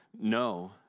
no